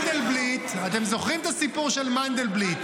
מנדלבליט, אתם זוכרים את הסיפור של מנדלבליט?